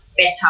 better